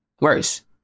worse